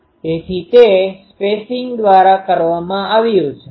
તેથી તે સ્પેસીંગ દ્વારા કરવામાં આવે છે